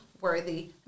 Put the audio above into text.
Worthy